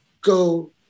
Go